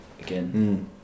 again